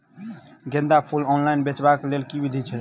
गेंदा फूल ऑनलाइन बेचबाक केँ लेल केँ विधि छैय?